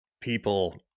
people